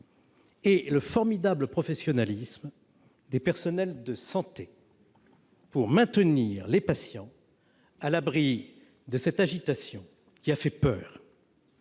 et le formidable professionnalisme dont ont fait preuve les personnels de santé pour maintenir les patients à l'abri de cette agitation qui a fait peur.